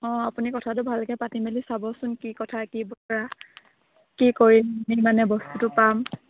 অঁ আপুনি কথাটো ভালকৈ পাতি মেলি চাবচোন কি কথা কি বতৰা কি কৰিম কি মানে বস্তুটো পাম